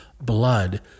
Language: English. blood